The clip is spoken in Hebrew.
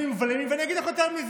ברור שלרוב הציבור לא יהיה אמון.